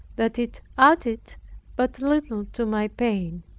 that it added but little to my pain.